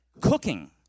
cooking